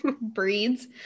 breeds